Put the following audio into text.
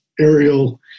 aerial